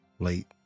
late